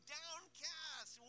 downcast